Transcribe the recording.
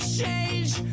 change